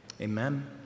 Amen